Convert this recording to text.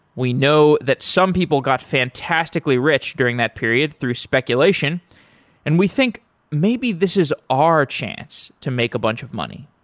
we know that some people got fantastically rich during that period through speculation and we think maybe this is our chance to make a bunch of money.